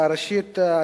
ראשית,